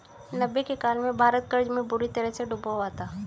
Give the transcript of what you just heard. नब्बे के काल में भारत कर्ज में बुरी तरह डूबा हुआ था